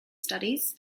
studies